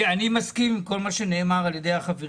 אני מסכים עם כל מה שנאמר על ידי החברים.